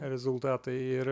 rezultatai ir